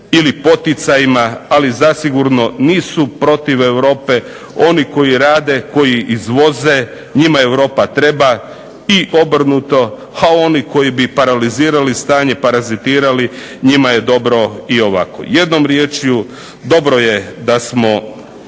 ili poticajima ali zasigurno nisu protiv Europe oni koji rade koji izvoze, njima europa treba ali i obrnuto oni koji bi paralizirali stanje, parazitirali, njima je dobro i ovako. Jednom riječju dobro je da smo